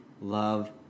Love